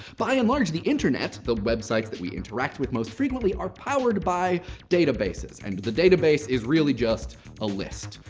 by and large, the internet the websites that we interact with most frequently are powered by databases. and the database is really just a list.